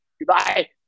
Goodbye